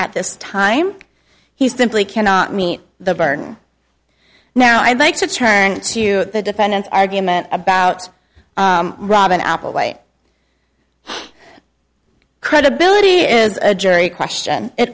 at this time he simply cannot meet the burden now i'd like to turn to the defendant's argument about robin applewhite credibility is a jury question it